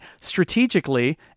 strategically